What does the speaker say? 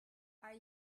are